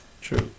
true